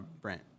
Brent